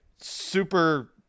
super